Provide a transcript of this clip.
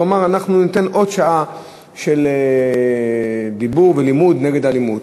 הוא אמר: ניתן עוד שעה של דיבור ולימוד נגד אלימות.